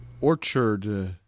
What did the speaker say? orchard